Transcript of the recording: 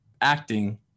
acting